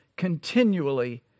Continually